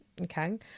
okay